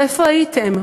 ואיפה הייתם?